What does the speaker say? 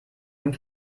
dem